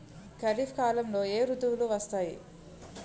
ఖరిఫ్ కాలంలో ఏ ఋతువులు వస్తాయి?